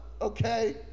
Okay